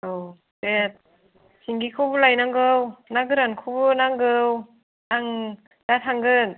औ दे सिंगिखौबो लायनांगौ ना गोरानखौबो नांगौ आं दा थांगोन